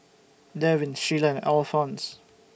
Devin Shiela and Alphons